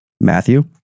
Matthew